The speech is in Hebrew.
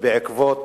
בעקבות